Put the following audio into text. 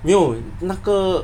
没有那个